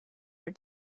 are